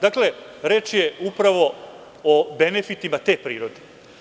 Dakle, reč je upravo o benefitima te prirode.